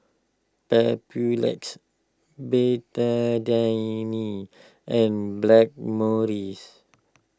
Papulex Betadine and Blackmores